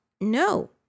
No